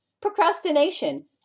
procrastination